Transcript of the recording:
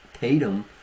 Tatum